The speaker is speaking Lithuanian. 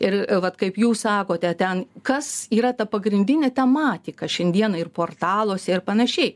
ir vat kaip jūs sakote ten kas yra ta pagrindinė tematika šiandieną ir portaluose ir panašiai